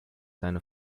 seine